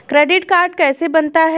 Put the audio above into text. Credit card कैसे बनता है?